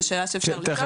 זו שאלה שאפשר לשאול.